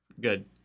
good